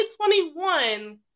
2021